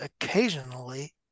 occasionally